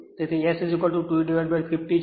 તેથી S250 છે